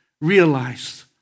realized